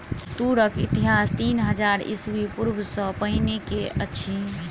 तूरक इतिहास तीन हजार ईस्वी पूर्व सॅ पहिने के अछि